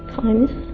times